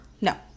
No